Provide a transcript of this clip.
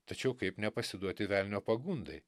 tačiau kaip nepasiduoti velnio pagundai